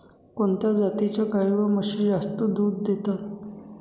कोणत्या जातीच्या गाई व म्हशी जास्त दूध देतात?